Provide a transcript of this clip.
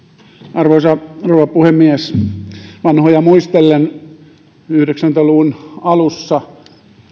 arvoisa rouva puhemies vanhoja muistellen yhdeksänkymmentä luvun alussa